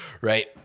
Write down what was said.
right